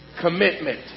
Commitment